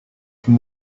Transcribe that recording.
from